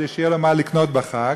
כדי שיהיה לו ממה לקנות לחג,